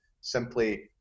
simply